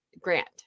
grant